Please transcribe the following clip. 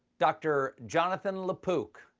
dr. jonathan lapook!